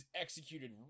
executed